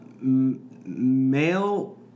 Male